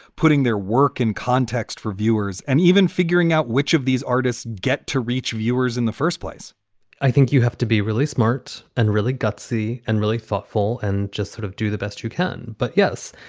putting their work in context for viewers and even figuring out which of these artists get. reach viewers in the first place i think you have to be really smart and really gutsy and really thoughtful and just sort of do the best you can. but yes,